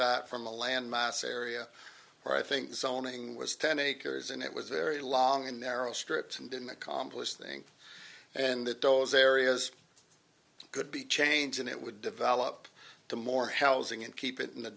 that from a land mass area where i think the zoning was ten acres and it was very long and narrow strips and didn't accomplish thing and that those areas could be changed and it would develop to more housing and keep it in the